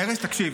ארז, תקשיב.